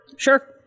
Sure